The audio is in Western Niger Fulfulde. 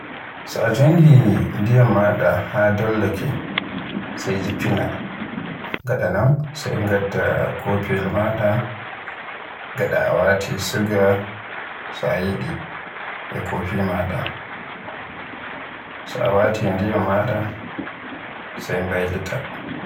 So jongi ndiyam maada haa dollake sai jiffina. Daga don sai ngadda kofiyel maada gada a wati suga so a yiɗi e coppi maada. So a wati ndiyam maada sai mbaylita.